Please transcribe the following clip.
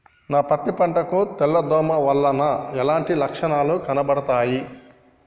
నా పత్తి పంట కు తెల్ల దోమ వలన ఎలాంటి లక్షణాలు కనబడుతాయి?